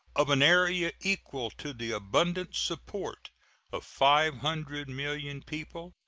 of an area equal to the abundant support of five hundred million people,